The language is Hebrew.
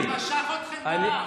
הוא משך אתכם באף.